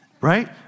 Right